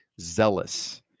zealous